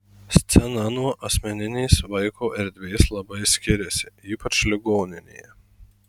scena nuo asmeninės vaiko erdvės labai skiriasi ypač ligoninėje